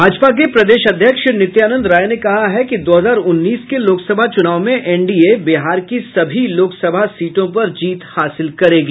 भाजपा के प्रदेश अध्यक्ष नित्यानंद राय ने कहा है कि दो हजार उन्नीस के लोकसभा चुनाव में एनडीए बिहार की सभी लोकसभा सीटों पर जीत हासिल करेगी